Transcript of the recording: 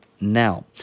now